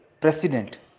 president